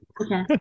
Okay